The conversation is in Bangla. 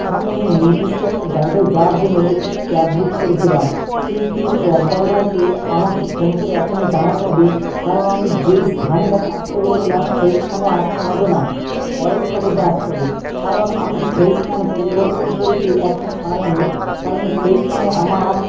আমি নির্দিষ্ট একটা জায়গায় যাওয়ার জন্য একটি ক্যাব বুক করেছিলাম কিন্তু ক্যাব ডাইভারকে আমাকে ফোন করে এখনই জানাতে হবে কারণ আমি যেই স্থানে তাকে আসতে বলেছিলাম সেই স্থানে আসতে হবে না তার পরের স্টপেজে আসতে হবে কারণ আমি সেই স্থান পরিবর্তন করেছি একটা কারণে কারণ সেই স্থানে আমার